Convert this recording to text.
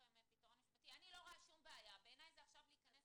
אני לא רואה שום בעיה, בעיניי זה עכשיו להיכנס